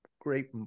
great